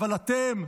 אבל אתם,